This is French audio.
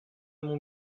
mon